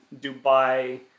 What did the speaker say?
Dubai